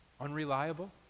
unreliable